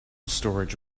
storage